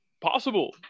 possible